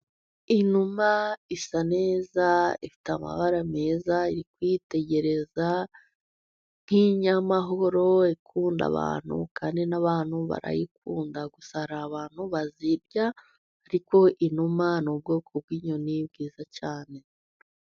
Inuma isa neza , ifite amabara meza , iri kwitegereza nk'inyamahoro , ikunda abantu , kandi n'abantu barayikunda . Gusa hari abantu bazirya ariko inuma ni ubwoko bw'inyoni bwiza cyane.